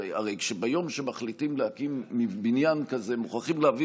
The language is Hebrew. הרי ביום שמחליטים להקים בניין כזה מוכרחים להביא